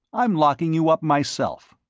i'm locking you up myself.